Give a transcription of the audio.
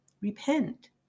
repent